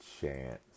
chance